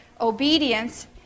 obedience